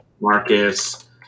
Marcus